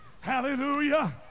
Hallelujah